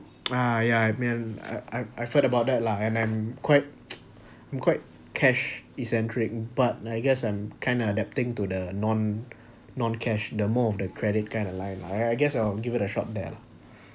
ah yeah I may I I I've thought about that lah and I'm quite I'm quite cash eccentric but I guess I'm kind of adapting to the non non cash the more of the credit kind of life lah alright I guess I'll give it a shot there lah